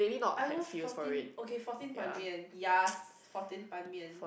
I love fourteen okay fourteen ban mian yas fourteen ban mian